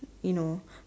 you know